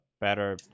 better